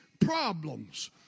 problems